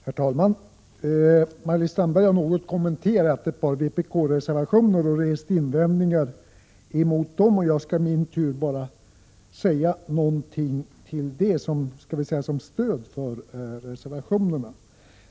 Herr talman! Maj-Lis Landberg har något kommenterat en del vpkreservationer och rest invändningar mot dem, och jag skall i min tur bara säga någonting som stöd för reservationerna.